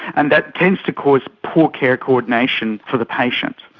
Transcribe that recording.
and that tends to cause poor care coordination for the patient.